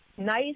nice